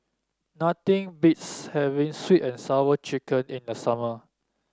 nothing beats having sweet and Sour Chicken in the summer